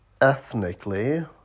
ethnically